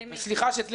הממשלה